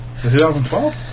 2012